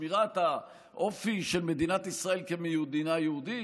שמירת האופי של מדינת ישראל כמדינה יהודית,